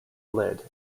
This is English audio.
lid